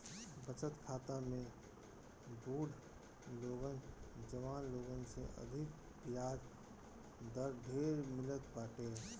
बचत खाता में बुढ़ लोगन जवान लोगन से अधिका बियाज दर ढेर मिलत बाटे